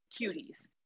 cuties